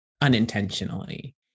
unintentionally